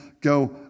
go